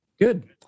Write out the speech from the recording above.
Good